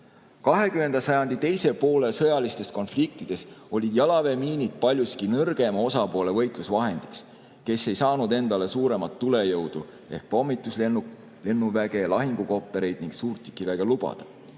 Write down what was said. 20. sajandi teise poole sõjalistes konfliktides olid jalaväemiinid paljuski nõrgema osapoole võitlusvahendid, sest tema ei saanud endale suuremat tulejõudu ehk pommituslennuväge, lahingukoptereid ega suurtükiväge lubada.